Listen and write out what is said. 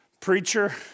preacher